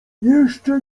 jeszcze